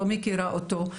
לא מכירה אותו,